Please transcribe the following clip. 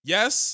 Yes